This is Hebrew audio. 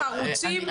חרוצים,